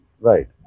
Right